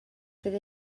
fydd